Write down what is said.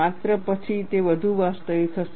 માત્ર પછી તે વધુ વાસ્તવિક હશે